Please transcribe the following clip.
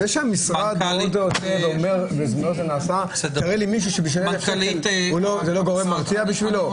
זה שהמשרד רוצה ואומר תראה לי מישהו שמשלם וזה לא גורם מרתיע בשבילו?